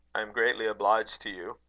i am greatly obliged to you.